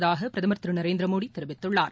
உள்ளதாக பிரதமர் திரு நரேந்திரமோடி தெரிவித்துள்ளார்